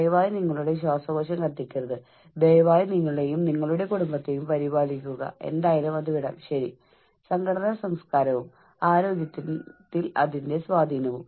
ഒപ്പം നിങ്ങളെ സഹായിക്കാൻ നിങ്ങളുടെ സൂപ്പർവൈസർ എന്ന നിലയിൽ അവർ അവരുടെ ശേഷിയിൽ എന്താണ് ചെയ്യുന്നത് എന്ന് നിങ്ങൾക്ക് അറിയില്ലെങ്കിൽ നിങ്ങൾക്ക് ശരിക്കും നിങ്ങളുടെ തൊഴിൽ അന്തരീക്ഷത്തിൽ കംഫർട്ടബിൾ ആയിരിക്കാൻ കഴിയില്ല